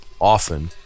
Often